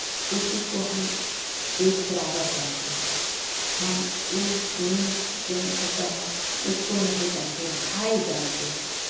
उसी को हम एक बराबर जानते हैं हम ऊँच नीच जन होता है उसको नहीं जानते भाई जानते हैं